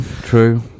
true